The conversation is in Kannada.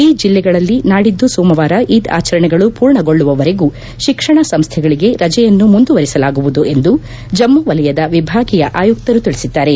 ಈ ಜಿಲ್ಲೆಗಳಲ್ಲಿ ನಾಡಿದ್ದು ಸೋಮವಾರ ಈದ್ ಆಚರಣೆಗಳು ಪೂರ್ಣಗೊಳ್ಲುವವರೆಗೂ ಶಿಕ್ಷಣ ಸಂಸ್ನೆಗಳಿಗೆ ರಜೆಯನ್ನು ಮುಂದುವರೆಸಲಾಗುವುದು ಎಂದು ಜಮ್ಮು ವಲಯದ ವಿಭಾಗೀಯ ಆಯುಕ್ತರು ತಿಳಿಸಿದ್ದಾರೆ